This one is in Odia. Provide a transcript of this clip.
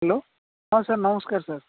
ହ୍ୟାଲୋ ହଁ ସାର୍ ନମସ୍କାର ସାର୍